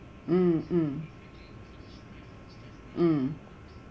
mm mm mm